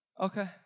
Okay